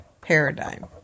paradigm